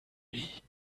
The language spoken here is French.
lit